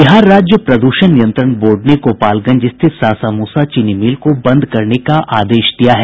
बिहार राज्य प्रद्षण नियंत्रण बोर्ड ने गोपालगंज स्थित सासामूसा चीनी मिल को बंद करने का आदेश दिया है